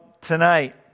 tonight